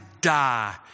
die